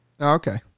Okay